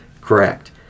Correct